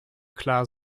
klar